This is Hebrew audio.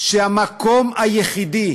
שהמקום היחידי